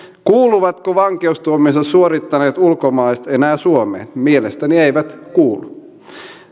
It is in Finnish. kuuluvatko vankeustuomionsa suorittaneet ulkomaalaiset enää suomeen mielestäni eivät kuulu